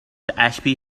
ashby